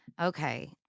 Okay